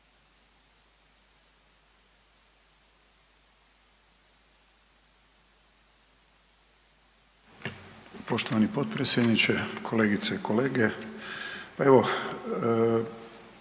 poštovani potpredsjedniče. Kolegice i kolege, svi